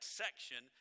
section